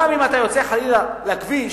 גם אם אתה יוצא חלילה לכביש,